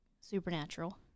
Supernatural